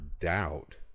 doubt